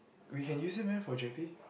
we can use it meh for Gerpe